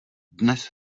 dnes